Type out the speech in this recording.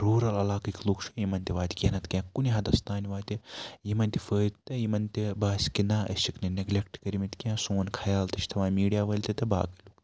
rural علاقٕکۍ لُکھ چھِ یِمن تہِ واتہِ کینٛہہ نَتہٕ کینٛہہ کُنہِ حَدَس تانۍ واتہِ یِمن تہِ فٲیِدٕ یِمن تہِ باسہِ کہِ نہ أسۍ چھِکھ نہٕ نیٚگلیٚکٹہٕ کٔرمٕتۍ کینٛہہ سون خَیال تہِ چھِ تھاوان میٖڈیا وٲلۍ تہِ تہٕ باقٕے لُکھ تہِ